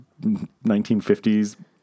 1950s